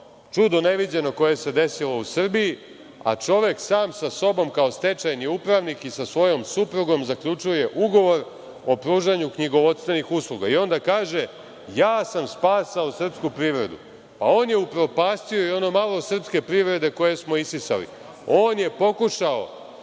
čudo neviđeno koje se desilo u Srbiji, a čovek sam sa sobom kao stečajni upravnik i sa svojom suprugom zaključuje ugovor o pružanju knjigovodstvenih usluga. Onda kaže – ja sam spasao srpsku privredu. On je upropastio i ono malo srpske privrede koje smo isisali. On je pokušao